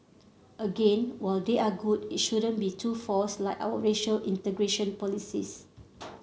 again while they are good it shouldn't be too forced like our racial integration policies